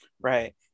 Right